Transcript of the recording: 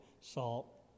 Salt